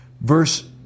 Verse